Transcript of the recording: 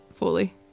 fully